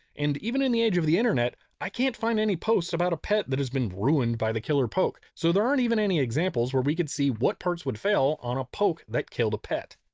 and even in the age of the internet i can't find any posts about a pet that has been ruined by the killer poke. so there aren't even any examples where we could see what parts would fail on a poke that killed a pet.